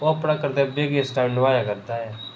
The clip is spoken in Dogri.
ओह् अपने कर्त्तव्य गी इस समें निभाया करदा ऐ